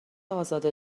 ازاده